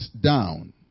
down